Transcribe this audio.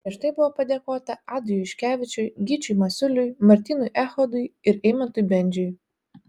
prieš tai buvo padėkota adui juškevičiui gyčiui masiuliui martynui echodui ir eimantui bendžiui